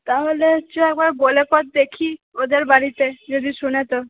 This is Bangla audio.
তাহলে চ একবার বলে পর দেখি ওদের বাড়িতে যদি শোনে তো